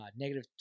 negative